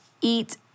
eat